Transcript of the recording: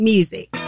Music